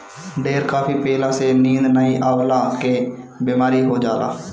ढेर काफी पियला से नींद नाइ अवला के बेमारी हो जाला